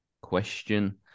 question